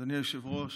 אדוני היושב-ראש,